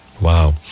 Wow